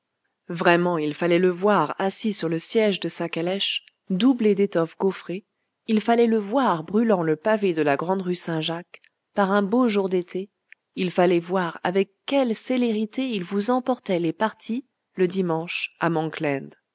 vraiment il fallait le voir assis sur le siège de sa calèche doublée d'étoffe gauffrée il fallait le voir brûlant le pavé de la grande rue saint-jacques par un beau jour d'été il fallait voir avec quelle célérité il vous emportait les partis le dimanche à